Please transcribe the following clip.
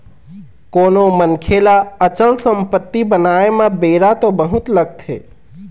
कोनो मनखे ल अचल संपत्ति बनाय म बेरा तो बहुत लगथे